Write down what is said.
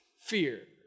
fear